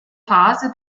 phase